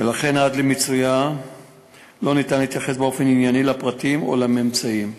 ולכן עד למיצויה אי-אפשר להתייחס באופן ענייני לפרטים או לממצאים,